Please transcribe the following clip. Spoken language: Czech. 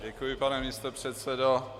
Děkuji, pane místopředsedo.